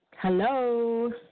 Hello